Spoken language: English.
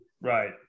Right